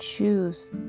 Choose